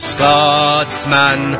Scotsman